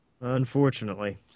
Unfortunately